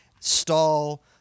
stall